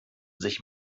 sich